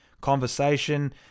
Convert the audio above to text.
conversation